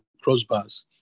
crossbars